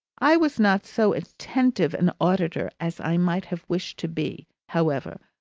i was not so attentive an auditor as i might have wished to be, however,